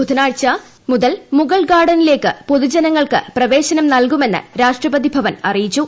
ബുധനാഴ്ച മുതൽ മുഗൾ ഗാർഡനീലേക്ക് പൊതുജനങ്ങൾക്ക് പ്രവേശനം നൽകുമെന്ന് രാഷ്ട്രപതി ഭവൻ അറിയിച്ചു